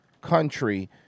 country